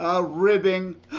ribbing